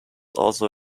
also